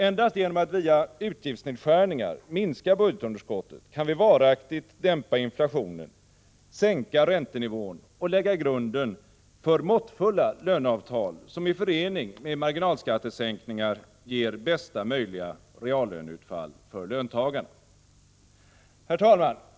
Endast genom att via utgiftsnedskärningar minska budgetunderskottet kan vi varaktigt dämpa inflationen, sänka räntenivån och lägga grunden för måttfulla löneavtal, som i förening med marginalskattesänkningar ger bästa möjliga reallöneutfall för löntagarna. Herr talman!